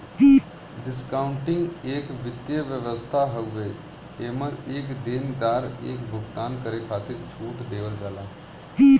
discounting एक वित्तीय व्यवस्था हउवे एमन एक देनदार एक भुगतान करे खातिर छूट देवल जाला